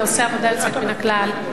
אתה עושה עבודה יוצאת מן הכלל,